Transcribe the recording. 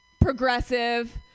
progressive